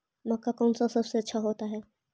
मक्का कौन सा सबसे अच्छा होता है?